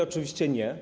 Oczywiście nie.